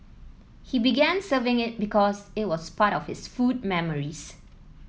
he began serving it because it was part of his food memories